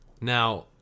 Now